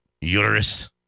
uterus